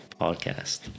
podcast